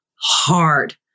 hard